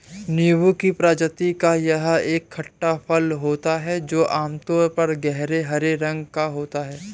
नींबू की प्रजाति का यह एक खट्टा फल होता है जो आमतौर पर गहरे हरे रंग का होता है